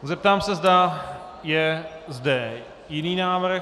Zeptám se, zda je zde jiný návrh.